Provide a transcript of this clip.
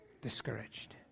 discouraged